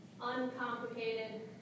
uncomplicated